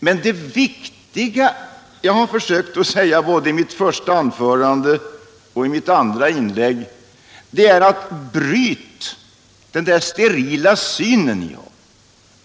Men det viktiga som jag har försökt säga både i mitt första anförande och i mitt andra inlägg är: Bryt med den sterila syn som ni har!